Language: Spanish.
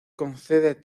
concede